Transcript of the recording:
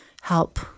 help